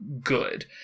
good